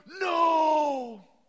No